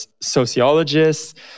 sociologists